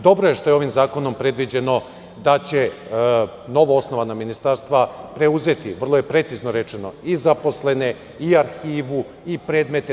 Dobro je što je ovim zakonom predviđeno da će novoosnovana ministarstva preuzeti, vrlo je precizno rečeno, i zaposlene i arhivu i predmete.